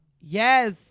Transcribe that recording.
Yes